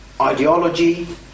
ideology